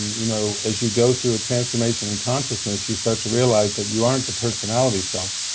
you know as you go through a transformation in consciousness you start to realize that you aren't the personality self,